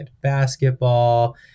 basketball